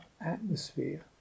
atmosphere